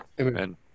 amen